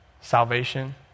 salvation